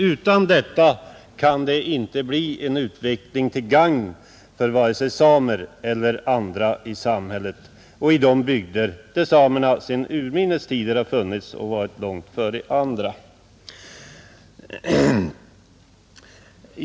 Utan detta kan det inte bli en utveckling till gagn för vare sig samer eller andra i samhället och i de bygder där samerna sedan urminnes tider har funnits — långt före andra.